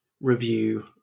review